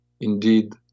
indeed